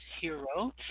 Hero